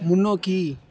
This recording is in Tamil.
முன்னோக்கி